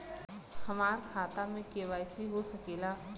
हमार खाता में के.वाइ.सी हो सकेला?